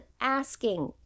asking